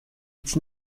its